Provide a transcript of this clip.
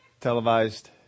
televised